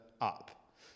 up